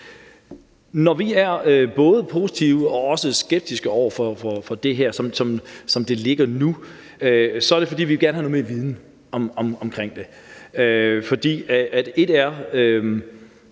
Når vi både er positive og også skeptiske over for det her, som det ligger nu, er det, fordi vi gerne vil have noget mere viden om det. Noget handler